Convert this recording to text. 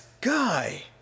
guy